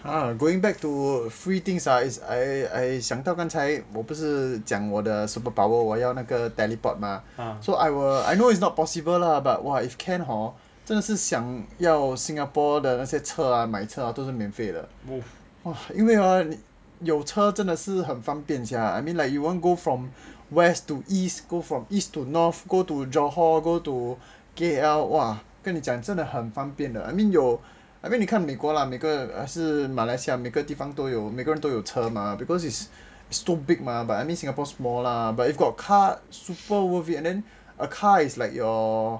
!huh! going back to free things ah is I 想到刚才我不是讲我的 superpower 我要那个 teleport mah so I will I know is not possible lah but if can hor 真的是想要 singapore 的那些车啊买车要免费的因为啊有车真的是很方便 sia I mean you won't go from west to east from east to north go to johor go to K_L !wah! 我跟你讲真的很方便的 I mean 你看美国 or 马来西亚每个人都有车 mah because it's too big mah but I mean singapore small lah but if got car super worthy it and then a car is like your